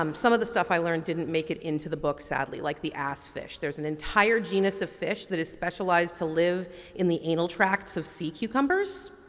um some of the stuff i learned didn't make it into the book sadly like the ass fish. there's an entre genus of fish that is specialized to live in the anal tracks of sea cucumbers,